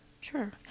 Sure